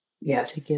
Yes